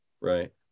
Right